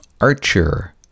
archer